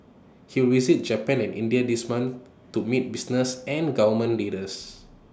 he will visit Japan and India this month to meet business and government leaders